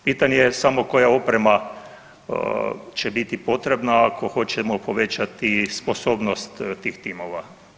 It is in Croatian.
Pitanje je samo koja oprema će biti potrebna ako hoćemo povećati sposobnost tih timova.